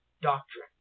doctrine